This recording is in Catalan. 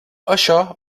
això